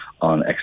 on